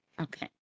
Okay